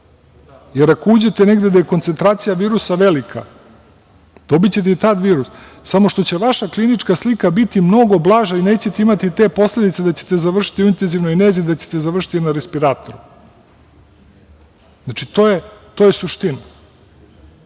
jer ako uđete negde gde je koncentracija virusa velika dobićete i tad virus, samo što će vaša klinička slika biti mnogo blaža i nećete imati te posledice da ćete završiti u intenzivnoj nezi, da ćete završiti na respiratoru. To je suština. Nemojte